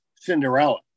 Cinderella